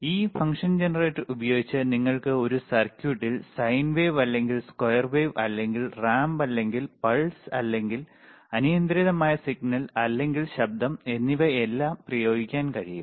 ഈ function generator ഉപയോഗിച്ച് നിങ്ങൾക്ക് ഒരു സർക്യൂട്ടിൽ സൈൻ വേവ് അല്ലെങ്കിൽ സ്ക്വയർ വേവ് അല്ലെങ്കിൽ റാമ്പ് അല്ലെങ്കിൽ പൾസ് അല്ലെങ്കിൽ അനിയന്ത്രിതമായ സിഗ്നൽ അല്ലെങ്കിൽ ശബ്ദം എന്നിവയെല്ലാം പ്രയോഗിക്കാൻ കഴിയും